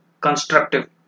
constructive